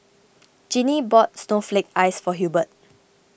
Ginny bought Snowflake Ice for Hubert